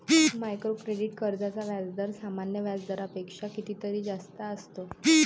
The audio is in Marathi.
मायक्रो क्रेडिट कर्जांचा व्याजदर सामान्य व्याज दरापेक्षा कितीतरी जास्त असतो